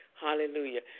hallelujah